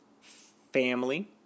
family